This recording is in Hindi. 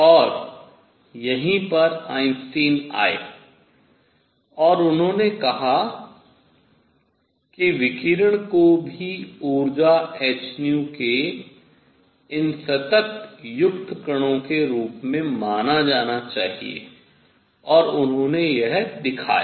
और यहीं पर आइंस्टीन आए और उन्होंने कहा कि विकिरण को भी ऊर्जा hν के इन सतत युक्त कणों के रूप में माना जाना चाहिए और उन्होंने यह दिखाया